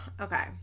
Okay